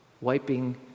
wiping